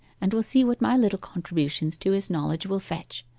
and will see what my little contribution to his knowledge will fetch.